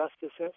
Justice